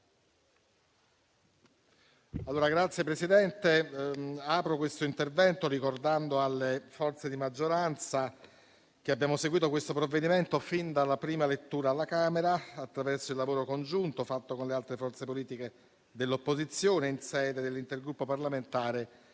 Signor Presidente, inizio il mio intervento ricordando alle forze di maggioranza che abbiamo seguito il provvedimento in discussione fin dalla prima lettura alla Camera, attraverso il lavoro congiunto fatto con le altre forze politiche dell'opposizione in sede di intergruppo parlamentare